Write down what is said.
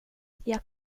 jag